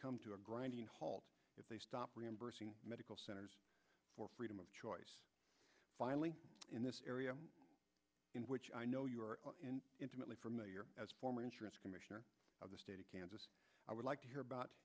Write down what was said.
come to a grinding halt if they stop reimbursing medical centers for freedom of choice filing in this area in which i know you are intimately familiar as former insurance commissioner of the state of kansas i would like to hear about